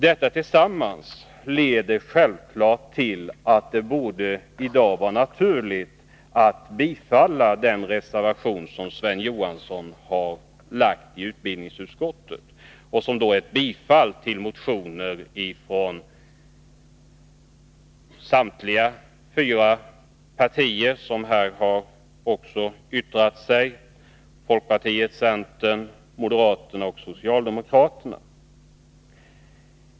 Allt detta leder självfallet till att det i dag borde vara naturligt att bifalla den reservation som Sven Johansson avgivit i utbildningsutskottet och som innebär bifall till motioner från samtliga de fyra partier, vilkas representanter här har yttrat sig — folkpartiet, centerpartiet, moderaterna och socialdemokraterna.